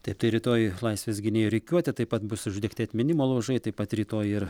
taip tai rytoj laisvės gynėjų rikiuotė taip pat bus uždegti atminimo laužai taip pat rytoj ir